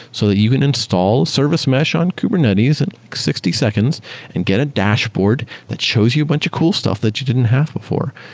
so that you can install service mesh on kubernetes in sixty seconds and get a dashboard that shows you a bunch of cool stuff that you didn't have before.